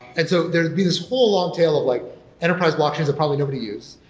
and so there'd be this whole long tail of like enterprise blockchains that probably nobody use.